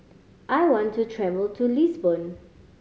I want to travel to Lisbon